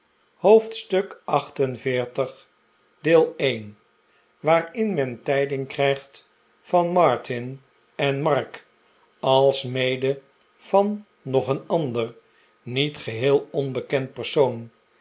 hoofdstuk xl viii waarin men tijding krijgt van martin en mark r alsmede van nog een ander niet geheel onbekend persoon